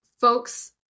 folks